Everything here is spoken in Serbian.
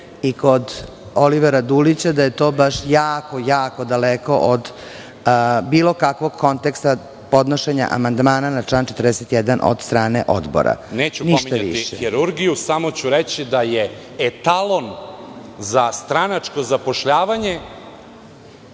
i kod Olivera Dulića da je to baš jako daleko od bilo kakvog konteksta podnošenja amandmana na član 41. od strane odbora.)Neću pominjati hirurgiju, samo ću reći da je etalon za stranačko zapošljavanje